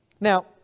Now